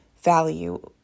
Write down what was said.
value